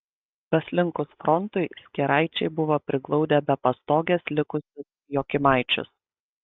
praslinkus frontui skėraičiai buvo priglaudę be pastogės likusius jokymaičius